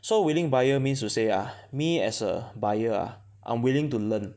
so willing buyer means to say ah me as a buyer ah I'm willing to learn